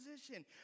position